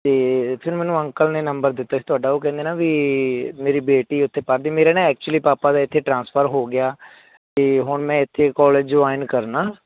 ਅਤੇ ਫਿਰ ਮੈਨੂੰ ਅੰਕਲ ਨੇ ਨੰਬਰ ਦਿੱਤਾ ਸੀ ਤੁਹਾਡਾ ਉਹ ਕਹਿੰਦੇ ਨਾ ਵੀ ਮੇਰੀ ਬੇਟੀ ਉੱਥੇ ਪੜ੍ਹਦੇ ਮੇਰੇ ਨਾ ਐਕਚੁਲੀ ਪਾਪਾ ਦਾ ਇੱਥੇ ਟ੍ਰਾਂਸਫਰ ਹੋ ਗਿਆ ਅਤੇ ਹੁਣ ਮੈਂ ਇੱਥੇ ਕਾਲਜ ਜੋਆਇਨ ਕਰਨਾ